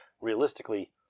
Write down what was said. realistically